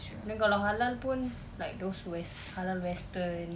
then kalau halal pun like those west~ halal western